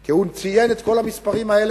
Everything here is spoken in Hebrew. כי הוא ציין את כל המספרים האלה,